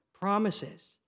promises